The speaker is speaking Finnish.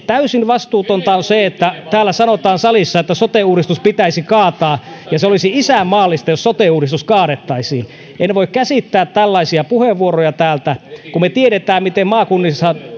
täysin vastuutonta että täällä salissa sanotaan että sote uudistus pitäisi kaataa ja se olisi isänmaallista jos sote uudistus kaadettaisiin en voi käsittää tällaisia puheenvuoroja kun me tiedämme miten maakunnissa